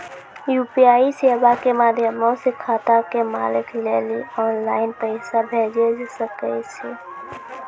UPI सेबा के माध्यमो से खाता के मालिक लेली आनलाइन पैसा भेजै सकै छो